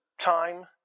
time